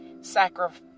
sacrifice